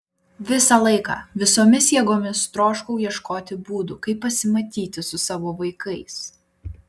visą laiką visomis jėgomis troškau ieškoti būdų kaip pasimatyti su savo vaikais